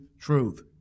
truth